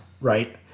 right